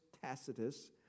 Tacitus